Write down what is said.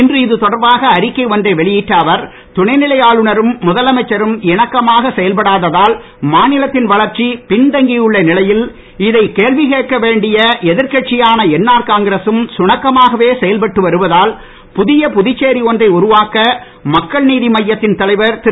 இன்று இதுதொடர்பாக அறிக்கை ஒன்றை வெளியிட்ட அவர் துணைநிலை ஆளுனரும் முதலமைச்சரும் இணக்கமாக செயல்படாததால் மாநிலத்தின் வளர்ச்சி பின்தங்கியுள்ள நிலையில் இதை கேள்வி கேட்க வேண்டிய எதிர் கட்சியான என்ஆர் காங்கிரசும் சுணக்கமாகவே செயல்பட்டு வருவதால் புதிய புதுச்சேரி ஒன்றை உருவாக்க மக்கள் நீதி மய்யத்தின் தலைவர் திரு